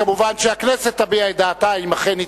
כמובן שהכנסת תביע את דעתה אם אכן היא